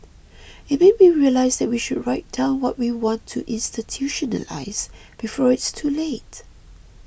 it made me realise that we should write down what we want to institutionalise before it's too late